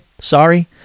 sorry